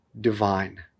divine